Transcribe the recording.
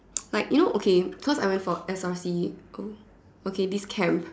like you know okay cause I went for S_R_C oh okay this camp